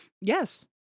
Yes